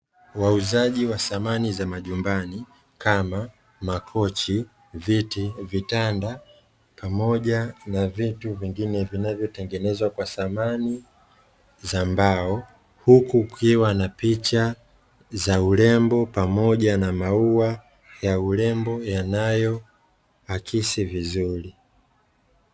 Wauzaji wa samani za majumbani kama: makochi, viti, vitanda, pamoja na vitu vingine, vinavyotengenezwa kwa samani za mbao; huku kukiwa na picha za urembo pamoja na maua ya urembo yanayoaksi vizuri.